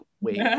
wait